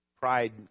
pride